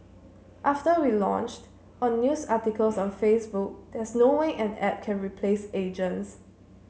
after we launched on news articles on Facebook there's no way an app can replace agents